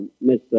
Miss